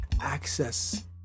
access